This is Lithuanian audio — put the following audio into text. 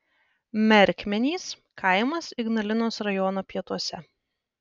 merkmenys kaimas ignalinos rajono pietuose